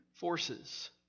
Forces